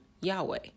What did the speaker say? Yahweh